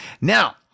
now